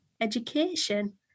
education